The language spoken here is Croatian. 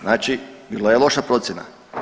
Znači bila je loša procjena.